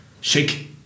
shake